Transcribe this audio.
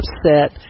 upset